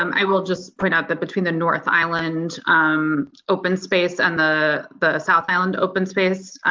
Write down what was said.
um i will just point out that between the north island open space and the the south island open space.